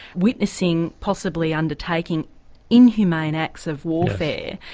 witnessing possibly undertaking inhumane acts of warfare,